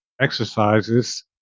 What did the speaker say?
exercises